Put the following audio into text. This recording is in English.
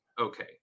okay